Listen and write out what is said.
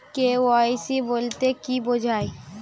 KYC বলতে কি বোঝায়?